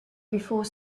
before